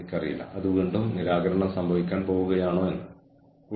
നിങ്ങളുടെ ജോലിയിൽ നിങ്ങൾ എത്രത്തോളം ഇടപെടുന്നു എത്രത്തോളം ഇടപഴകുന്നു